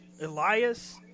Elias